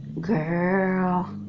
girl